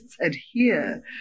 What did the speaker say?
adhere